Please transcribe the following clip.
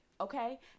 Okay